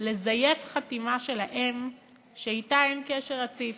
לזייף חתימה של האם שאתה אין קשר רציף.